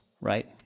right